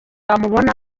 wamubona